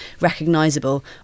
recognisable